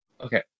Okay